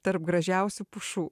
tarp gražiausių pušų